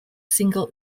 single